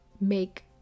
make